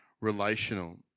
relational